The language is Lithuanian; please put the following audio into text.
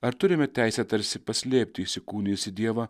ar turime teisę tarsi paslėpti įsikūnijusį dievą